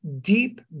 deep